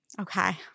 Okay